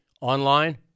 online